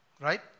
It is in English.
Right